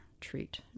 treat